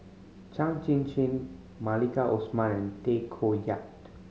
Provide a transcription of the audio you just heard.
Chin Chin Maliki Osman and Tay Koh Yat